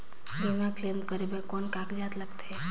बीमा क्लेम करे बर कौन कागजात लगथे?